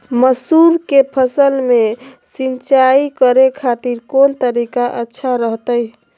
मसूर के फसल में सिंचाई करे खातिर कौन तरीका अच्छा रहतय?